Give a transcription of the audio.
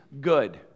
good